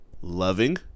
Loving